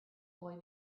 boy